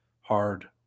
hard